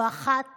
לא אחת